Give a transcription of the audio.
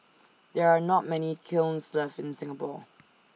there are not many kilns left in Singapore